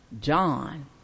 John